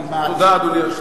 אדוני היושב-ראש,